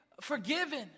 forgiven